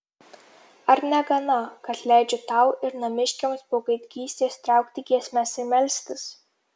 ar negana kad leidžiu tau ir namiškiams po gaidgystės traukti giesmes ir melstis